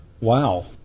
wow